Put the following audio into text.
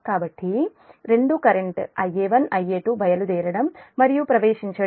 కాబట్టి రెండు current Ia1 Ia2 బయలుదేరడం మరియు ప్రవేశించడం